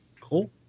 cool